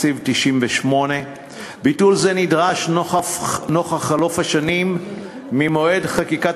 התקציב 1998. ביטול זה נדרש נוכח חלוף השנים ממועד חקיקת